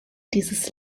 dieses